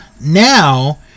now